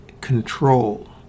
control